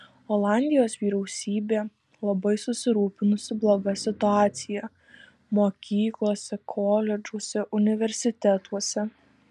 olandijos vyriausybė labai susirūpinusi bloga situacija mokyklose koledžuose universitetuose